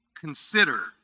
consider